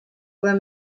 were